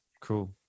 cool